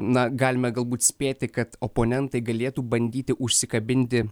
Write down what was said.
na galime galbūt spėti kad oponentai galėtų bandyti užsikabinti